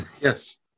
yes